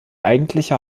eigentliche